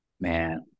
man